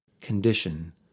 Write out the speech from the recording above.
condition